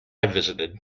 visited